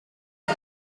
got